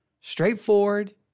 straightforward